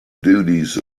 duties